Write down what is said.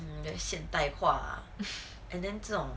现代化 and then 这种